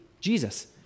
Jesus